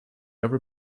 ever